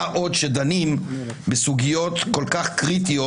מה עוד שדנים בסוגיות כל כך קריטיות